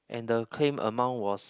and the claim amount was